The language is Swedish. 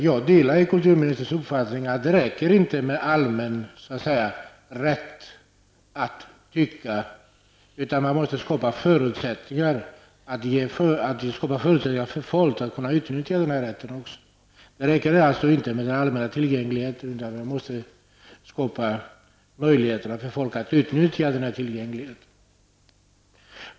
Jag delar kulturministerns uppfattning att det inte räcker med en allmän rätt att tycka, utan man måste skapa förutsättningar för människor att också kunna utnyttja denna rätt. Det räcker alltså inte med den allmänna tillgängligheten utan man måste skapa möjligheter för människor att kunna utnyttja denna tillgänglighet.